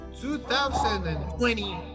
2020